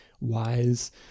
wise